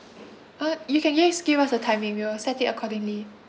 uh you can just give us a timing we'll set it accordingly